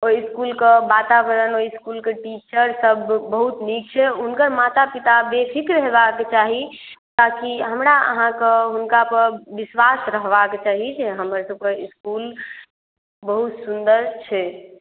ओहि इस्कुलके वातावरण ओहि इस्कुलके टीचरसभ बहुत नीक छै हुनकर माता पिता बेफिक्र हेबाक चाही ताकि हमरा अहाँकेँ हुनकापर विश्वास रहबाक चाही जे हमरसभके इस्कुल बहुत सुन्दर छै